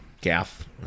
Gaff